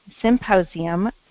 Symposium